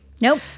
Nope